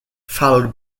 followed